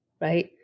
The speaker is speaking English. right